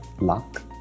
luck